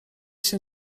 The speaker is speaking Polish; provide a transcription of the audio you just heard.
się